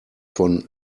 von